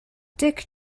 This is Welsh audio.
dic